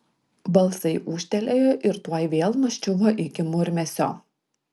balsai ūžtelėjo ir tuoj vėl nuščiuvo iki murmesio